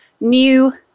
new